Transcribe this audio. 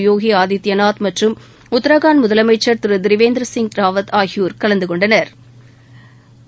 யோகி ஆதித்யநாத் மற்றும் உத்தரகாண்ட் முதலமைச்சன் திரு திரிவேந்திரசிங் ராவத் ஆகியோா் கலந்துகொண்டனா்